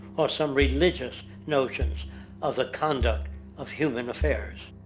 or some religion's notion of the conduct of human affairs.